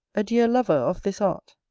a dear lover of this art,